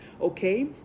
okay